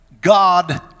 God